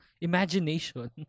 imagination